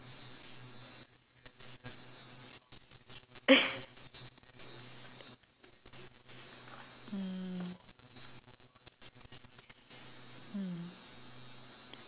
mm mm